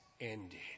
ended